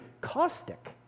caustic